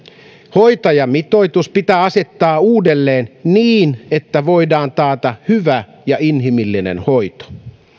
hoitajamitoitus pitää asettaa uudelleen niin että voidaan taata hyvä ja inhimillinen hoito myös